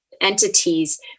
entities